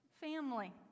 family